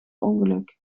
ongeluk